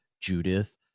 Judith